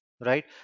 right